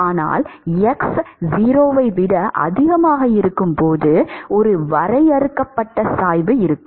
ஆனால் x 0 ஐ விட அதிகமாக இருக்கும் போது ஒரு வரையறுக்கப்பட்ட சாய்வு இருக்கும்